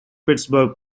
pittsburgh